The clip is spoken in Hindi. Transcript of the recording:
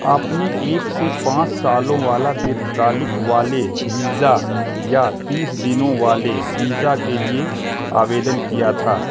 आपने एक से पाँच सालों वाला दीर्घकालिक वाले वीज़ा या तीस दिनों वाले वीज़ा के लिए आवेदन किया था